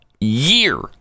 year